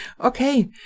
Okay